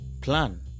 plan